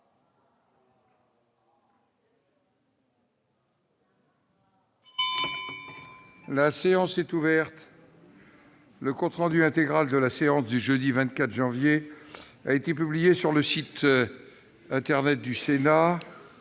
La séance est ouverte. Le compte rendu intégral de la séance du jeudi 24 janvier 2019 a été publié sur le site internet du Sénat.